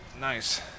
nice